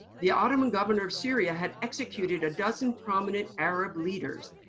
the ottoman governor of syria had executed a dozen prominent arab leaders,